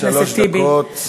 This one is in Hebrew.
שלוש דקות.